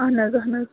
اہَن حظ اہن حظ